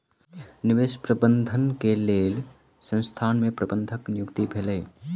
निवेश प्रबंधन के लेल संसथान में प्रबंधक के नियुक्ति भेलै